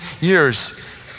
years